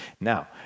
now